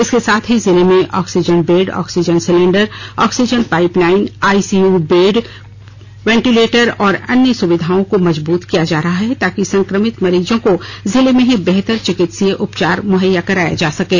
इसके साथ ही जिले में oxygen bed oxygen cylinder oxygen pipeline ICU bed ventilator और अन्य सुविधाओं को मजबूत किया जा रहा है ताकि संक्रमित मरीजों को जिले में ही बेहतर चिकित्सीय उपचार मुहैया कराया जा सकें